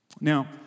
Now